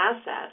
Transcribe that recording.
asset